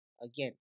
again